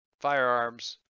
firearms